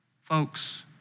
Folks